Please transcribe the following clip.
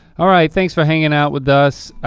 all right thanks for hanging out with us.